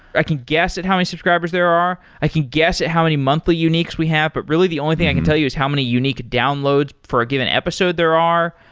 i can guess at how many subscribers there are. i can guess at how many monthly uniques we have. but, really the only thing i can tell you is how many unique downloads for a given episode there are.